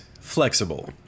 flexible